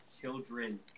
children